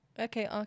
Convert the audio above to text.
Okay